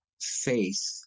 faith